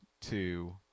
two